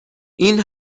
این